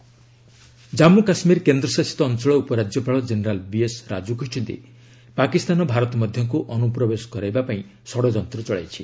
JK infiltration Jammu Kashmir କେନ୍ଦ୍ରଶାସିତ ଅଞ୍ଚଳ ଉପରାଜ୍ୟପାଳ ଜେନେରାଲ୍ ବିଏସ୍ ରାଜୁ କହିଛନ୍ତି ପାକିସ୍ତାନ ଭାରତ ମଧ୍ୟକୁ ଅନୁପ୍ରବେଶ କରାଇବା ପାଇଁ ଷଡ଼ଯନ୍ତ୍ର ଚଳାଇଛି